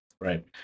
right